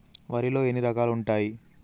వరిలో ఎన్ని రకాలు ఉంటాయి?